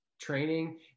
training